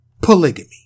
polygamy